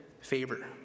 favor